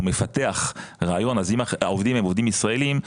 מפתח רעיון ואז אם העובדים הם עובדים ישראלים,